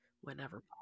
whenever